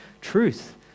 truth